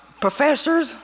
professors